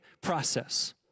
process